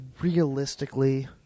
realistically